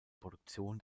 produktion